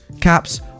caps